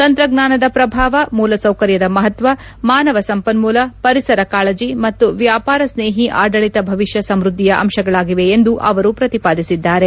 ತಂತ್ರಜ್ಞಾನದ ಪ್ರಭಾವ ಮೂಲಸೌಕರ್ಯದ ಮಹತ್ವ ಮಾನವ ಸಂಪನೂಲ ಪರಿಸರ ಕಾಳಜ ಮತ್ತು ವ್ಯಾಪಾರ ಸ್ನೇಹಿ ಆಡಳಿತ ಭವಿಷ್ಣ ಸಮೃದ್ದಿಯ ಅಂಶಗಳಾಗಿವೆ ಎಂದು ಅವರು ಪ್ರತಿಪಾದಿಸಿದ್ದಾರೆ